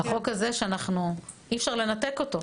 החוק הזה שלא ניתן לנתק אותו,